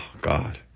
God